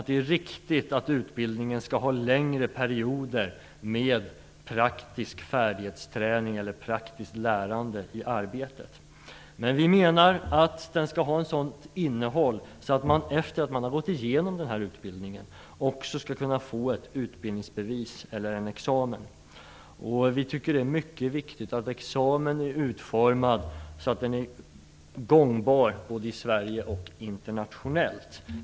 Det är riktigt att utbildningen skall innehålla längre perioder med praktisk färdighetsträning eller lärande i arbetet. Men vi menar att utbildningen skall ha ett sådant innehåll så att man efter att ha gått igenom den också skall kunna få ett utbildningsbevis eller en examen. Vi tycker att det är mycket viktigt att examen är utformad så att den är gångbar både i Sverige och internationellt.